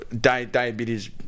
diabetes